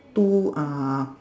two uh